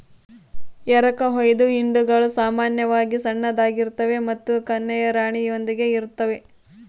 ಎರಕಹೊಯ್ದ ಹಿಂಡುಗಳು ಸಾಮಾನ್ಯವಾಗಿ ಸಣ್ಣದಾಗಿರ್ತವೆ ಮತ್ತು ಕನ್ಯೆಯ ರಾಣಿಯೊಂದಿಗೆ ಇರುತ್ತವೆ